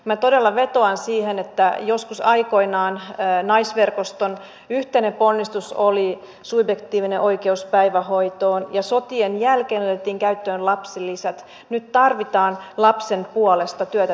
minä todella vetoan joskus aikoinaan naisverkoston yhteinen ponnistus oli subjektiivinen oikeus päivähoitoon ja sotien jälkeen otettiin käyttöön lapsilisät että nyt tarvitaan lapsen puolesta työtä tekevää politiikkaa